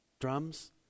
drums